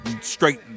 straight